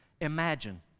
Imagine